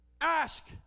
Ask